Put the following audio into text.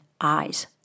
eyes